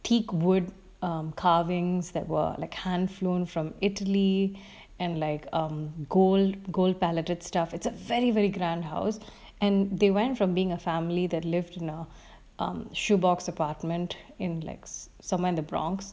teak wood um carvings that were like hand flown from italy and like um gold gold palletered stuff it's a very very grand house and they went from being a family that lived you know um shoe box apartment in like someone in the bronx